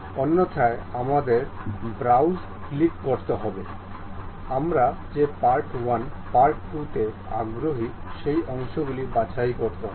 অন্যথায় আমাদের browse click করতে হবে আমরা যে পার্ট 1 পার্ট 2 তে আগ্রহী সেই অংশগুলি বাছাই করতে হবে